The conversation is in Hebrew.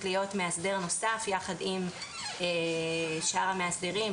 להיות מאסדר נוסף יחד עם שאר המאסדרים,